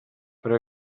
per